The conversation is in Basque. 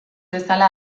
bezala